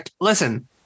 listen